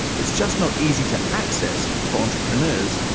it's just not easy to access for entrepreneurs,